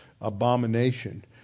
abomination